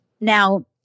Now